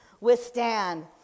withstand